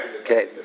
Okay